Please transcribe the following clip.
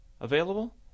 Available